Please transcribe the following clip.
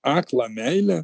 aklą meilę